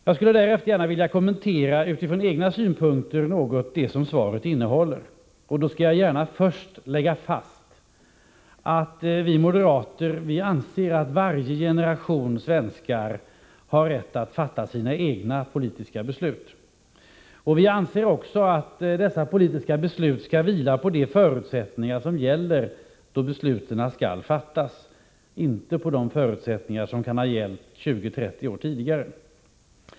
Jag skulle därefter utifrån egna synpunkter något vilja kommentera det som svaret innehåller, och då kanske gärna först lägga fast att vi moderater anser att varje generation svenskar har rätt att fatta sina egna politiska beslut. Vi anser också att dessa politiska beslut skall vila på de förutsättningar som gäller då besluten skall fattas — inte på de förutsättningar som kan ha gällt 20 eller 30 år tidigare.